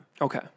Okay